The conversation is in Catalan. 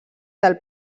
del